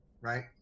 right